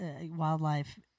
wildlife